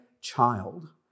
child